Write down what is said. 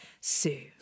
Sue